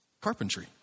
carpentry